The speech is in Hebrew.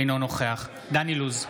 אינו נוכח דן אילוז,